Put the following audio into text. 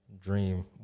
dream